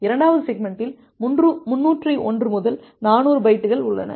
இரண்டாவது செக்மெண்ட்டில் 301 முதல் 400 பைட்டுகள் உள்ளன